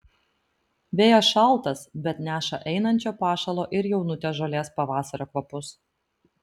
vėjas šaltas bet neša einančio pašalo ir jaunutės žolės pavasario kvapus